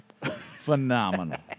Phenomenal